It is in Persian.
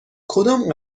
کدام